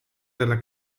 della